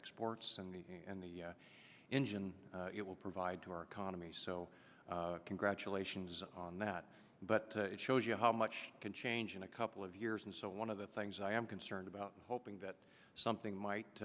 exports and the engine it will provide to our economy so congratulations on that but it shows you how much can change in a couple of years and so one of the things i am concerned about hoping that something might